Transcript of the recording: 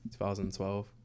2012